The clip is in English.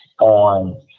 on